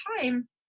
time